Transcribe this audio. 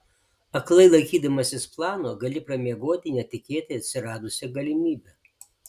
aklai laikydamasis plano gali pramiegoti netikėtai atsiradusią galimybę